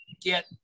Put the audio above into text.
get